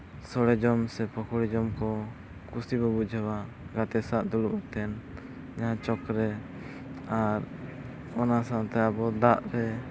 ᱥᱚᱲᱮ ᱡᱚᱢ ᱥᱮ ᱯᱳᱠᱳᱲᱤ ᱡᱚᱢ ᱠᱚ ᱠᱩᱥᱤ ᱵᱚ ᱵᱩᱡᱷᱟᱹᱣᱟ ᱜᱟᱛᱮ ᱥᱟᱶ ᱫᱩᱲᱩᱵ ᱠᱟᱛᱮ ᱡᱟᱦᱟᱸ ᱪᱚᱠ ᱨᱮ ᱟᱨ ᱚᱱᱟ ᱥᱟᱶᱛᱮ ᱟᱵᱚ ᱫᱟᱜ ᱨᱮ